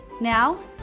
Now